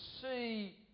see